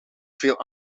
veel